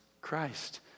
Christ